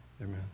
Amen